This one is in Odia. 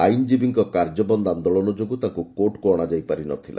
ଆଇନଜୀବୀଙ୍କ କାର୍ଯ୍ୟ ବନ୍ଦ ଆନ୍ଦୋଳନ ଯୋଗୁଁ ତାଙ୍କୁ କୋର୍ଟକୁ ଅଣାଯାଇ ପାରିନଥିଲା